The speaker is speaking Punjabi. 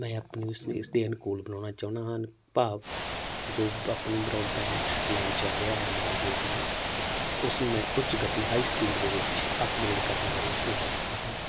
ਮੈਂ ਆਪਣੀ ਉਸਨੂੰ ਇਸਦੇ ਅਨੁਕੂਲ ਬਣਾਉਣਾ ਚਾਹੁੰਦਾ ਹਾਂ ਭਾਵ ਜੋ ਆਪਣੀ ਬਰੋਡਬੈਂਡ ਪਲੈਨ ਚੱਲ ਰਿਹਾ ਹੈ ਮੇਰਾ ਯੋਜਨਾ ਉਸ ਨੂੰ ਮੈਂ ਉੱਚ ਗਤੀ ਹਾਈ ਸਪੀਡ ਦੇ ਵਿੱਚ ਅਪਗ੍ਰੇਡ ਕਰਨ ਬਾਰੇ ਸੋਚ ਰਿਹਾ ਹਾਂ